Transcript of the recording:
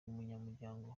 umunyamuryango